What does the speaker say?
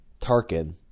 tarkin